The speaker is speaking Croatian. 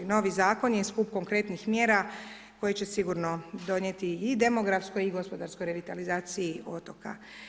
Novi Zakon je skup konkretnih mjera koje će sigurno donijeti i demografsko, i gospodarsko revitalizaciji otoka.